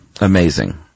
Amazing